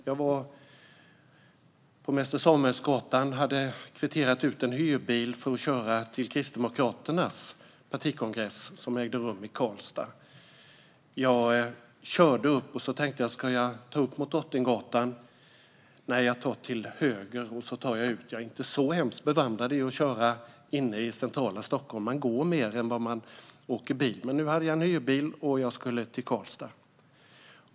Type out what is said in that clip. Jag var på Mäster Samuelsgatan och hade kvitterat ut en hyrbil för att köra till Kristdemokraternas partikongress, som ägde rum i Karlstad. När jag körde tänkte jag: Ska jag ta av mot Drottninggatan? Nej, jag tar höger och tar mig ut där. Jag är inte så bevandrad i att köra i centrala Stockholm - jag går mer än jag åker bil. Men nu hade jag en hyrbil och skulle till Karlstad.